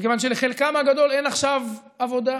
מכיוון שלחלקם הגדול אין עכשיו עבודה,